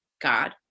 God